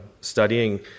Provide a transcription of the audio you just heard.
studying